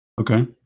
okay